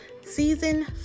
Season